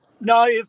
No